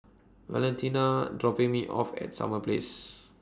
Valentina IS dropping Me off At Summer Place